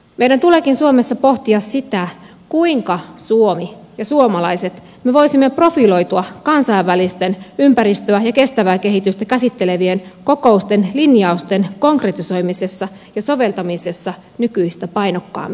meidän tuleekin suomessa pohtia sitä kuinka suomi ja suomalaiset voisivat profiloitua kansainvälisten ympäristöä ja kestävää kehitystä käsittelevien kokousten linjausten konkretisoimisessa ja soveltamisessa nykyistä painokkaammin